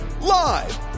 live